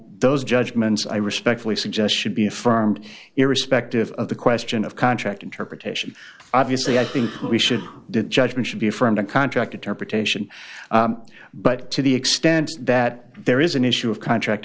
those judgments i respectfully suggest should be affirmed irrespective of the question of contract interpretation obviously i think we should that judgment should be affirmed a contract interpretation but to the extent that there is an issue of contract